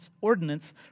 ordinance